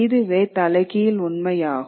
இதுவே தலைகீழ் உண்மையாகும்